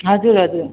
हजुर हजुर